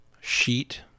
sheet